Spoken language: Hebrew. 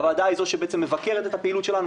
הוועדה היא זו שבעצם מבקרת את הפעילות שלנו.